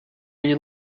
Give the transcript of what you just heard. you